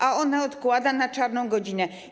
A ona odkłada na czarną godzinę.